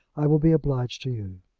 i will be obliged to you.